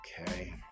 okay